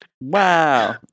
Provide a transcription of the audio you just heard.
Wow